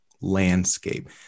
landscape